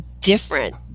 different